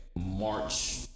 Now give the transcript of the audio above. March